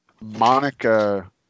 Monica